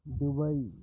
Dubai